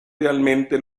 realmente